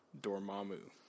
Dormammu